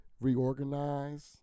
reorganize